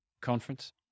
Conference